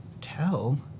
tell